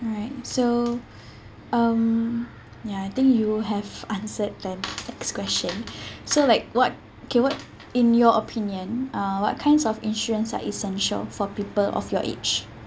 alright so um ya I think you have answered them next question so like what okay what in your opinion uh what kinds of insurance are essential for people of your age